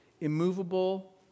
immovable